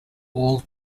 all